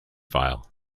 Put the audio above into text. file